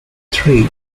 three